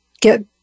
get